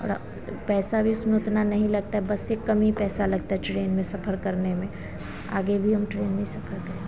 और पैसा भी उसमें उतना नहीं लगता है बस से कम ही पैसा लगता है ट्रेन में सफ़र करने में आगे भी हम ट्रेन में ही सफ़र करें